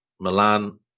Milan